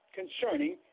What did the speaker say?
concerning